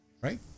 Right